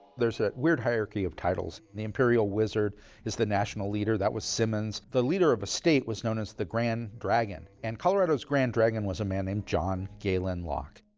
there's that weird hierarchy of titles. the imperial wizard is the national leader. that was simmons. the leader of a state was known as the grand dragon, and colorado's grand dragon was a man named john galen locke.